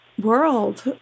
world